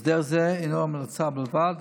הסדר זה הינו המלצה בלבד,